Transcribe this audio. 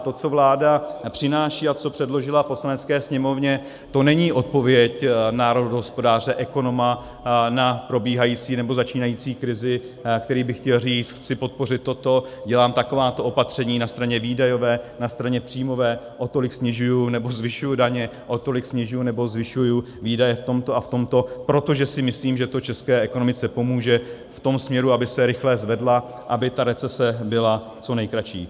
To, co vláda přináší, co předložila Poslanecké sněmovně, to není odpověď národohospodáře, ekonoma, na probíhající nebo začínající krizi, který by chtěl říct: chci podpořit toto, dělám takováto opatření na straně výdajové, na straně příjmové, o tolik snižuji nebo zvyšuji daně, o tolik snižuji nebo zvyšuji výdaje v tomto a v tomto, protože si myslím, že to české ekonomice pomůže v tom směru, aby se rychle zvedla, aby ta recese byla co nejkratší.